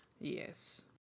Yes